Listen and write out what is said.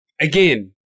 again